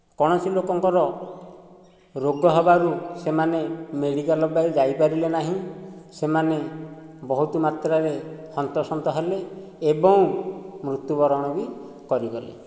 କୌଣସି ଲୋକଙ୍କର ରୋଗ ହେବାରୁ ସେମାନେ ମେଡ଼ିକାଲ ପାଇ ଯାଇପାରିଲେ ନାହିଁ ସେମାନେ ବହୁତ ମାତ୍ରାରେ ହନ୍ତସନ୍ତ ହେଲେ ଏବଂ ମୃତ୍ୟୁବରଣ ବି କରିଗଲେ